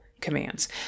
commands